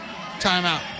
timeout